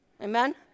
Amen